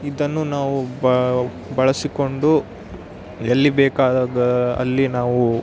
ಇದನ್ನು ನಾವು ಬಳಸಿಕೊಂಡು ಎಲ್ಲಿ ಬೇಕಾದಾಗ ಅಲ್ಲಿ ನಾವು